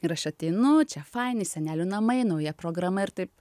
ir aš ateinu čia faini senelių namai nauja programa ir taip